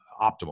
optimal